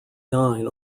nine